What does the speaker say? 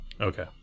Okay